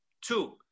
Two